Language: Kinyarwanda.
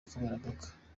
kamarampaka